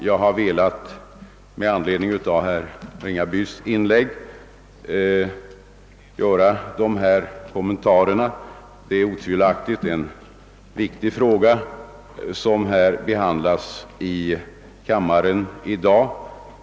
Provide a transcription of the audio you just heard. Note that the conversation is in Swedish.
Jag har med anledning av herr Ringabys inlägg velat göra dessa kommentarer. Det är otvivelaktigt en viktig fråga som här behandlas i kammaren.